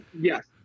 Yes